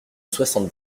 soixante